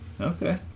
Okay